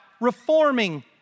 reforming